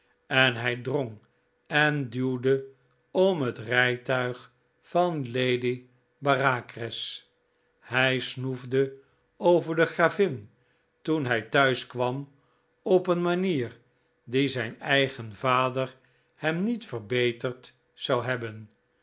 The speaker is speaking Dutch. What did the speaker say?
en hij drong en duwde om het rijtuig van lady bareacres hij snoefde over de gravin toen hij thuis kwam op een manier die zijn eigen vader hem niet verbeterd zou hebben